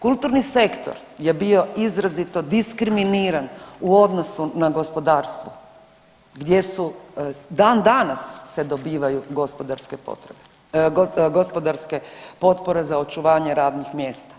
Kulturni sektor je bio izrazito diskriminiran u odnosu na gospodarstvo gdje su, dan danas se dobivaju gospodarske potrebe, gospodarske potpore za očuvanje radnih mjesta.